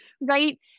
Right